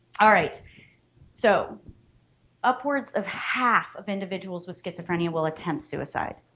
all right so upwards of half of individuals with schizophrenia will attempt suicide.